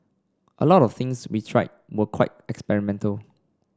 a lot of things we tried were quite experimental